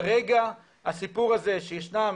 כרגע הסיפור הזה שישנם,